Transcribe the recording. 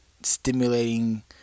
stimulating